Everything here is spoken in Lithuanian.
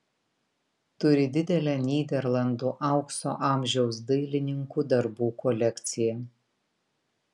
turi didelę nyderlandų aukso amžiaus dailininkų darbų kolekciją